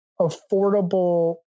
affordable